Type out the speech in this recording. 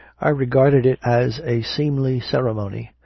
i regarded it as a seemly ceremony,